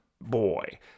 boy